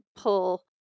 pull